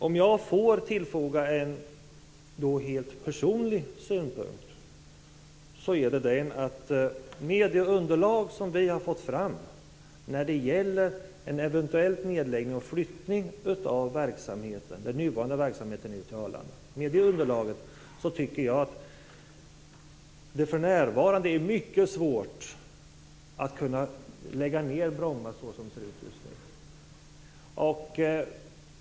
Om jag får tillfoga en helt personlig synpunkt tycker jag att det för närvarande skulle vara mycket svårt att lägga ned Bromma, med det underlag som vi har fått fram när det gäller en eventuell nedläggning och flyttning av den nuvarande verksamheten till Arlanda.